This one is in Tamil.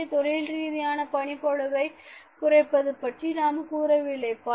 இங்கே தொழில்ரீதியான பணி பலுவை குறைப்பது பற்றி நாம் கூறவில்லை